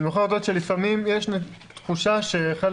אני מוכרח להודות שלפעמים יש תחושה שחלק